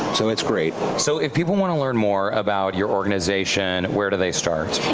so it's great. so if people want to learn more about your organization, where do they start?